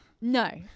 No